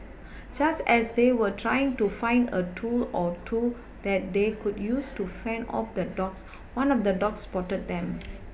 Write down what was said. just as they were trying to find a tool or two that they could use to fend off the dogs one of the dogs spotted them